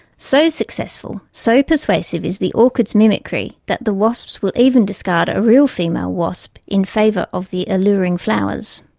so successful, so persuasive is the orchids' mimicry that the wasps will even discard a real female wasp in favour of the alluring flowers.